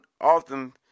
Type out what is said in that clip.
often